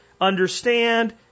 understand